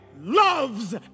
loves